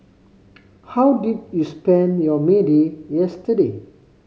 how did you spend your May Day yesterday